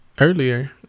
earlier